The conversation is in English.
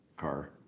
car